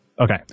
okay